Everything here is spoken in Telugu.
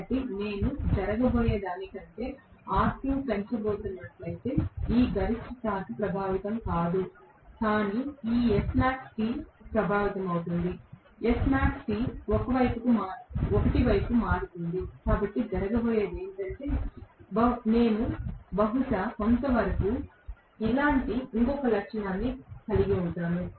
కాబట్టి నేను జరగబోయే దానికంటే R2 పెంచబోతున్నట్లయితే ఈ గరిష్ట టార్క్ ప్రభావితం కాదు కానీ ఈ SmaxT ప్రభావితమవుతుంది SmaxT 1 వైపుకు మారుతుంది కాబట్టి జరగబోయేది ఏమిటంటే నేను బహుశా కొంతవరకు ఇలాంటి ఇంకొక లక్షణాన్ని కలిగి ఉంటాను